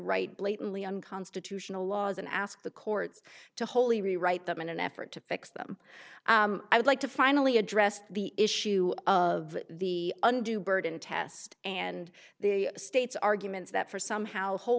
write blatantly unconstitutional laws and ask the courts to holy rewrite them in an effort to fixed i would like to finally address the issue of the undue burden test and the state's arguments that for some how whol